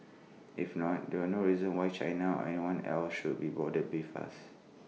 if not there's no reason why China or anyone else should be bothered with us